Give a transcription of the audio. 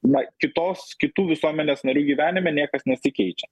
na kitos kitų visuomenės narių gyvenime niekas nesikeičia